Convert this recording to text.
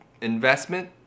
investment